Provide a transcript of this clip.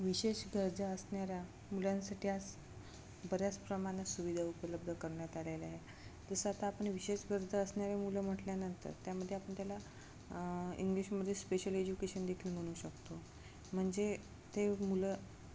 विशेष गरजा असणाऱ्या मुलांसाठी असं बऱ्याच प्रमाणात सुविधा उपलब्ध करण्यात आलेल्या आहे जसं आता आपण विशेष गरजा असणाारे मुलं म्हटल्यानंतर त्यामध्ये आपण त्याला इंग्लिशमध्ये स्पेशल एज्युकेशन देखील म्हणू शकतो म्हणजे ते मुलं